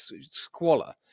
squalor